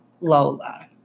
Lola